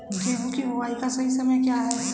गेहूँ की बुआई का सही समय क्या है?